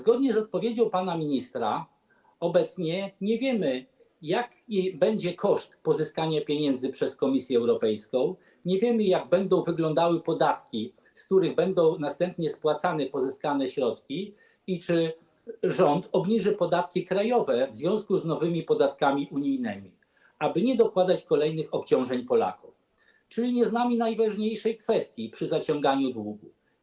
Na podstawie odpowiedzi pana ministra obecnie nie wiemy, jaki będzie koszt pozyskania pieniędzy przez Komisję Europejską, nie wiemy, jak będą wyglądały podatki, z których będą następnie spłacane pozyskane środki, i czy rząd obniży podatki krajowe w związku z nowymi podatkami unijnymi, aby nie dokładać dodatkowych obciążeń Polakom, czyli nie znamy najważniejszej kwestii przy zaciąganiu długu.